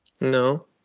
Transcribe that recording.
No